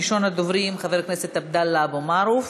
ראשון הדוברים, חבר הכנסת עבדאללה אבו מערוף,